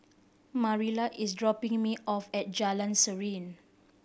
Mariela is dropping me off at Jalan Serene